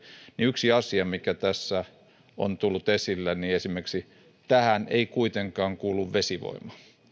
niin esimerkiksi yksi asia tässä on tullut esille tähän ei kuitenkaan kuulu vesivoima